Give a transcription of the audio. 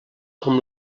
com